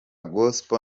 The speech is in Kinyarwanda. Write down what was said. gospel